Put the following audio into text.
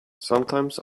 sometimes